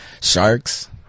Sharks